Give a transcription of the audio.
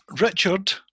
Richard